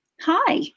hi